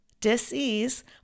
disease